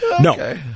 no